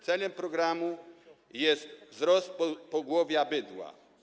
Celem programu jest wzrost pogłowia bydła.